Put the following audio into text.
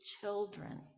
children